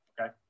okay